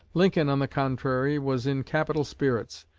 lincoln, on the contrary, was in capital spirits.